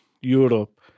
Europe